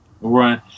Right